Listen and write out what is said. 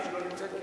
לא נמצא,